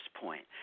point